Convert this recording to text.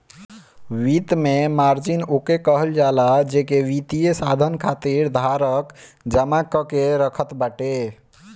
वित्त में मार्जिन ओके कहल जाला जेके वित्तीय साधन खातिर धारक जमा कअ के रखत बाटे